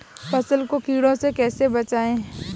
फसल को कीड़ों से कैसे बचाएँ?